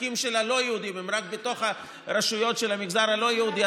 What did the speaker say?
העסקים של הלא-יהודים הם רק בתוך הרשויות של המגזר הלא-יהודי?